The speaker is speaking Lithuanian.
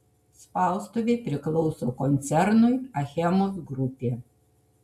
spaustuvė priklauso koncernui achemos grupė